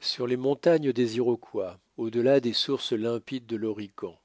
sur les montagnes des iroquois au delà des sources limpides de l'horican